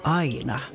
aina